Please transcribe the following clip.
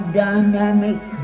dynamic